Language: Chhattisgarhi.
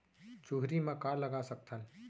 चुहरी म का लगा सकथन?